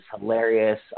hilarious